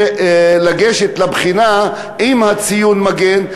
לגשת לבחינה עם ציון המגן,